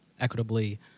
equitably